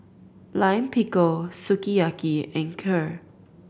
Lime Pickle Sukiyaki and Kheer